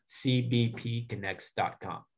cbpconnects.com